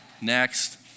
next